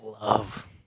love